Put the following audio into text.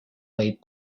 võib